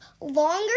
longer